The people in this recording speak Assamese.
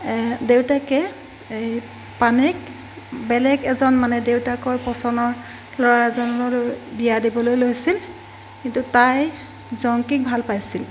দেউতাকে এই পানেইক বেলেগ এজন মানে দেউতাকৰ পচন্দৰ ল'ৰাজনৰ বিয়া দিবলৈ লৈছিল কিন্তু তাই জংকীক ভাল পাইছিল